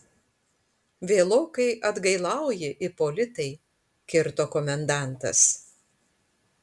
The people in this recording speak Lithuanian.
vėlokai atgailauji ipolitai kirto komendantas